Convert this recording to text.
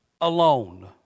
Alone